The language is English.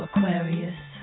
Aquarius